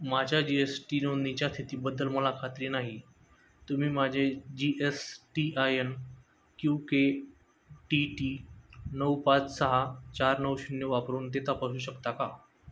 माझ्या G S T नोंदणीच्या स्थितीबद्दल मला खात्री नाही तुम्ही माझे G S T I N Q K T T नऊ पाच सहा चार नऊ शून्य वापरून ते तपासू शकता का